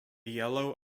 yellow